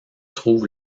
trouve